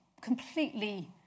completely